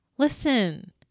listen